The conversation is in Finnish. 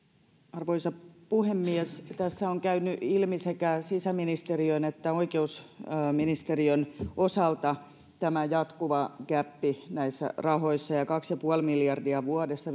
arvoisa puhemies tässä on käynyt ilmi sekä sisäministeriön että oikeusministeriön osalta tämä jatkuva gäppi näissä rahoissa kaksi pilkku viisi miljardia vuodessa